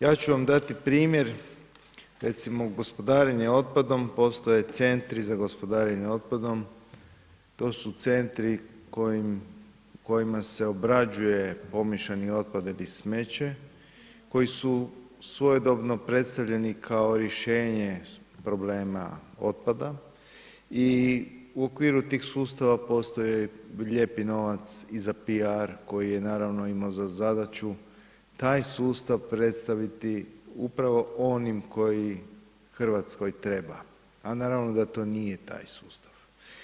Ja ću vam dati primjer, recimo gospodarenje otpadom postoje centri za gospodarenje otpadom, to su centri u kojima se obrađuje pomiješani otpad ili smeće koji su svojedobno predstavljeni kao rješenje problema otpada i u okviru tih sustava postoje lijepi novac i za PR koji je naravno imamo za zadaću taj sustav predstaviti upravo onim koji Hrvatskoj treba, a naravno da to nije taj sustav.